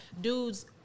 dudes